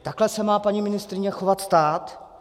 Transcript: Takhle se má, paní ministryně, chovat stát?